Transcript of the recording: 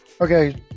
Okay